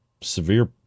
severe